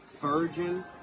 virgin